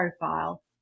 profile